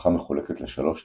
המשפחה מחולקת לשלוש תת-משפחות,